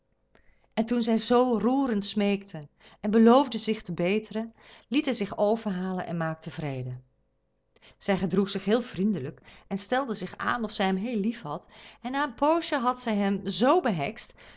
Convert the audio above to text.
en toen zij zoo roerend smeekte en beloofde zich te beteren liet hij zich overhalen en maakte vrede zij gedroeg zich heel vriendelijk en stelde zich aan of zij hem heel lief had en na een poosje had zij hem z behekst